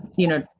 you know.